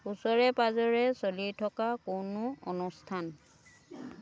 ওচৰে পাঁজৰে চলি থকা কোনো অনুষ্ঠান